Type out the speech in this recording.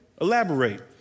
Elaborate